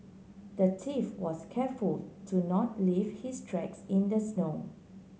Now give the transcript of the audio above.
the thief was careful to not leave his tracks in the snow